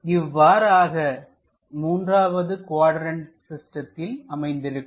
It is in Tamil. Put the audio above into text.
இவ்வாறாக 3வது குவாட்ரண்ட் சிஸ்டத்தில் அமைந்திருக்கும்